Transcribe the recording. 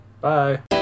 Bye